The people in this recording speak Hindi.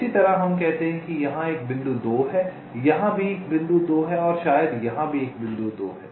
इसी तरह हम कहते हैं कि यहाँ एक बिंदु 2 है यहाँ एक बिंदु 2 है शायद यहाँ भी एक बिंदु 2 है